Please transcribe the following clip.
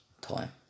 time